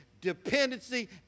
dependency